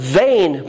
vain